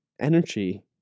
energy